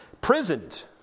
prisoned